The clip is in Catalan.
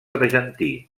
argentí